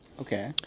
Okay